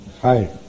Hi